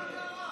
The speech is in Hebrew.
--- מה קרה?